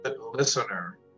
listener